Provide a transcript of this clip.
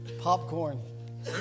popcorn